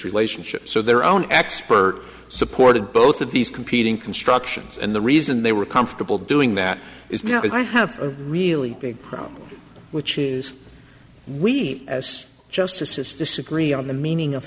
relationships so their own expert supported both of these competing constructions and the reason they were comfortable doing that is because i have a really big problem which is we as justices disagree on the meaning of